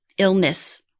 illness